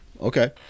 okay